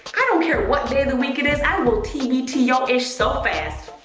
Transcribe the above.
i don't care what day of the week it is, i will tbt your ish so fast.